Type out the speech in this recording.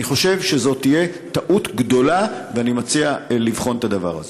אני חושב שזו תהיה טעות גדולה ואני מציע לבחון את הדבר הזה,